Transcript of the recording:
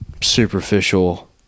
superficial